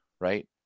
right